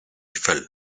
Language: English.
fell